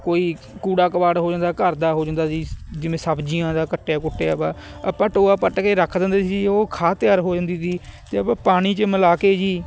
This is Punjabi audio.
ਕੋਈ ਕੂੜਾ ਕਵਾੜ ਹੋ ਜਾਂਦਾ ਘਰ ਦਾ ਹੋ ਜਾਂਦਾ ਸੀ ਜਿਵੇਂ ਸਬਜ਼ੀਆਂ ਦਾ ਕੱਟਿਆ ਕੁਟਿਆ ਵਾ ਆਪਾਂ ਟੋਆ ਪੱਟ ਕੇ ਰੱਖ ਦਿੰਦੇ ਸੀ ਉਹ ਖਾਦ ਤਿਆਰ ਹੋ ਜਾਂਦੀ ਤੀ ਅਤੇ ਆਪਾਂ ਪਾਣੀ 'ਚ ਮਿਲਾ ਕੇ ਜੀ